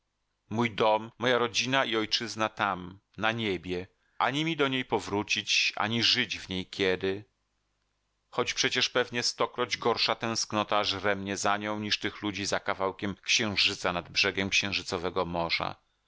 mój dom moja rodzina i ojczyzna tam na niebie ani mi do niej powrócić ani żyć w niej kiedy choć przecież pewnie stokroć gorsza tęsknota żre mnie za nią niż tych ludzi za kawałkiem księżyca nad brzegiem księżycowego morza